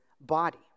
body